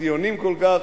ציונים כל כך,